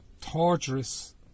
torturous